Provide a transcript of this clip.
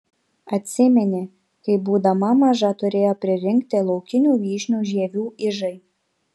atsiminė kai būdama maža turėjo pririnkti laukinių vyšnių žievių ižai